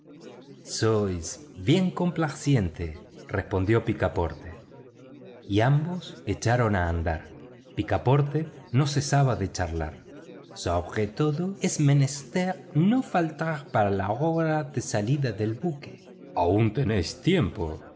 sois bien complaciente respondió picaporte y ambos echaron a andar picaporte no cesaba de charlar sobre todo es menester no faltar para la hora de salida del buque aún tenéis tiempo